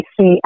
see